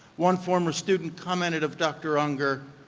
one former student commented of dr. unger,